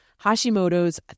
Hashimoto's